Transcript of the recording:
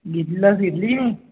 घेत लस घेतली